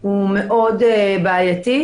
הקיצור מאוד בעייתי,